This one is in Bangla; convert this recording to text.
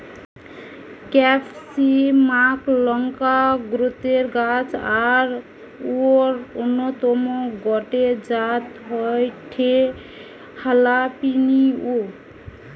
ক্যাপসিমাক লংকা গোত্রের গাছ আর অউর অন্যতম গটে জাত হয়ঠে হালাপিনিও